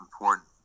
important